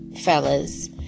fellas